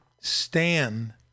stand